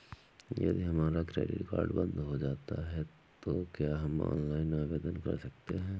यदि हमारा credit card बंद हो जाता है तो क्या हम ऑनलाइन आवेदन कर सकते हैं?